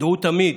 דעו תמיד: